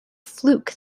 fluke